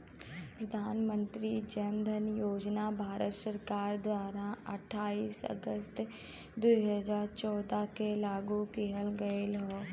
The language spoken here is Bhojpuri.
प्रधान मंत्री जन धन योजना भारत सरकार द्वारा अठाईस अगस्त दुई हजार चौदह के लागू किहल गयल हौ